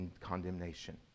condemnation